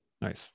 Nice